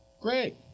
Great